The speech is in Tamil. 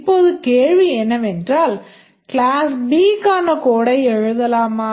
இப்போது கேள்வி என்னவென்றால் class B க்கான codeடை எழுதலாமா